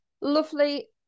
lovely